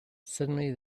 suddenly